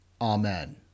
Amen